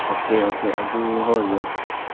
okay okay ꯑꯗꯨ ꯍꯣꯏ ꯌꯥꯏ